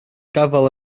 gafael